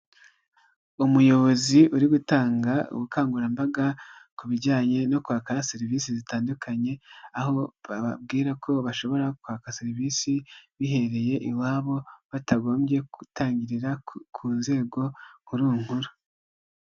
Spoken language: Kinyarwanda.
Umuyobozi uri gutanga ubukangurambaga ku bijyanye no kwaka serivisi zitandukanye aho bababwira ko bashobora kwaka serivisi bihereye iwabo batagombye gutangirira ku nzego nkuru nkuru.